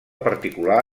particular